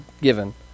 given